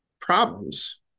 problems